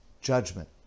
judgment